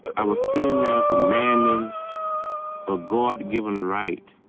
i was sitting there demanding a god-given right.